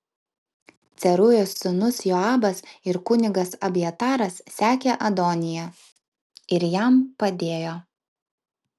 cerujos sūnus joabas ir kunigas abjataras sekė adoniją ir jam padėjo